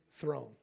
throne